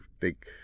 take